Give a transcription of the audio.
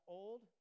old